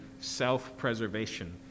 self-preservation